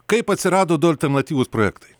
kaip atsirado du alternatyvūs projektai